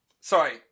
Sorry